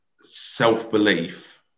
self-belief